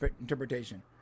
interpretation